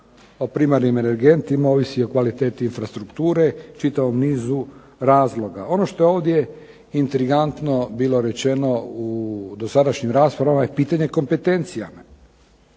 o primarnim energentima ovisi o kvaliteti infrastrukture i čitavom nizu razloga. Ono što je ovdje intrigantno bilo rečeno u dosadašnjim raspravama je pitanje kompetencija.